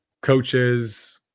coaches